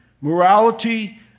morality